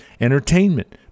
entertainment